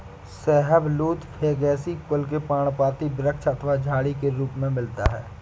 शाहबलूत फैगेसी कुल के पर्णपाती वृक्ष अथवा झाड़ी के रूप में मिलता है